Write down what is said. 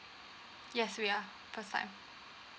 yes we are first time